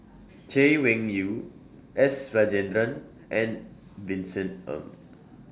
Chay Weng Yew S Rajendran and Vincent Ng